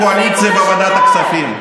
במועד החוקי,